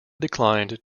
declined